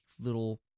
little